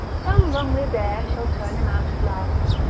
some long-liv'd heir shall turn him out at last.